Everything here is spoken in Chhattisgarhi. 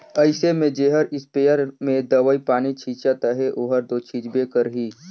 अइसे में जेहर इस्पेयर में दवई पानी छींचत अहे ओहर दो छींचबे करही